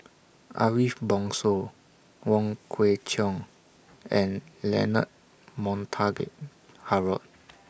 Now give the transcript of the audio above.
Ariff Bongso Wong Kwei Cheong and Leonard Montague Harrod